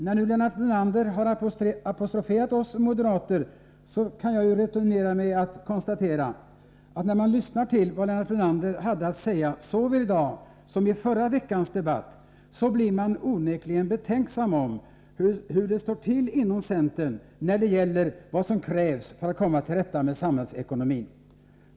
När Lennart Brunander nu apostroferar oss moderater, kan jag returnera med att konstatera att man, när man lyssnar till vad Lennart Brunander hade att säga såväl i dag som i förra veckans debatt onekligen blir betänksam om hur det står till inom centern när det gäller vad som krävs för att komma till rätta med samhällsekonomin.